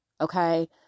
okay